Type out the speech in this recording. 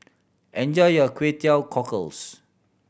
enjoy your Kway Teow Cockles